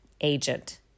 agent